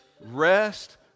rest